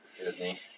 Disney